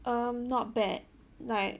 um not bad like